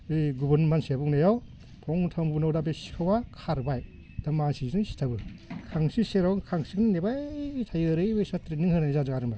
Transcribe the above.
बे गुबुन मानसिया बुंनायाव फंथाम बुनांगौ दा बे सिखावआ खारबाय दा मानसिजों सिथाबो खांसि सेराव खांसिजों नेबाय थायो ओरैबायसा ट्रेनिं होनाय जादों आरो मा